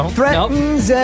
Threatens